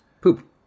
Poop